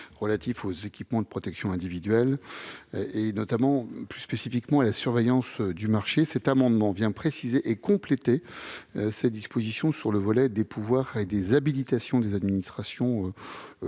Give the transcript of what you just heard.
relatif aux équipements de protection individuelle (EPI) et au règlement européen relatif à la surveillance du marché. Cet amendement vise à préciser et à compléter ces dispositions sur le volet des pouvoirs et des habilitations des administrations compétentes,